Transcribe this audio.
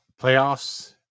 playoffs